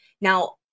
Now